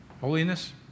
holiness